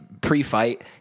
pre-fight